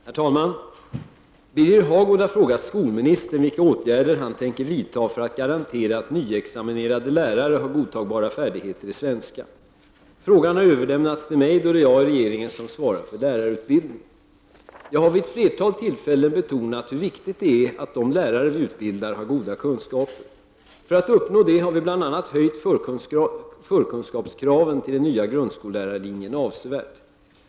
Herr talman! Birger Hagård har frågat skolministern vilka åtgärder han tänker vidta för att garantera att nyexaminerade lärare har godtagbara färdigheter i svenska. Frågan har överlämnats till mig då det är jag i regeringen som ansvarar för lärarutbildningen. Jag har vid ett flertal tillfällen betonat hur viktigt det är att de lärare vi utbildar har goda kunskaper. För att uppnå detta har vi bl.a. höjt förkunskapskraven till den nya grundskollärarlinjen avsevärt.